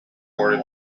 board